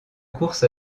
course